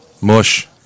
Mush